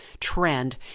trend